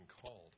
called